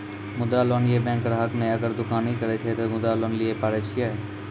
मुद्रा लोन ये बैंक ग्राहक ने अगर दुकानी करे छै ते मुद्रा लोन लिए पारे छेयै?